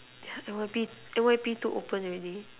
yeah N_Y_P N_Y_P too open already